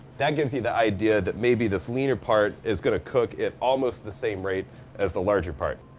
that gives you the idea that maybe this leaner part is gonna cook at almost the same rate as the larger part.